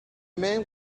man